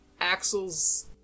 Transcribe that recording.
Axel's